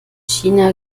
china